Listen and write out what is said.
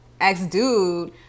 ex-dude